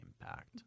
impact